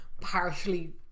partially